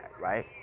right